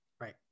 Right